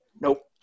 Nope